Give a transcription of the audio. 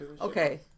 Okay